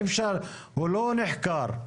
הוא לא נחקר.